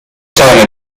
tane